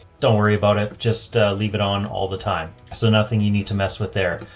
don't worry about it. just leave it on all the time. so nothing you need to mess with there.